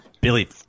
Billy